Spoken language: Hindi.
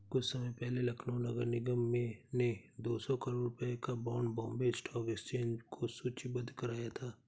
कुछ समय पहले लखनऊ नगर निगम ने दो सौ करोड़ रुपयों का बॉन्ड बॉम्बे स्टॉक एक्सचेंज में सूचीबद्ध कराया था